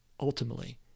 ultimately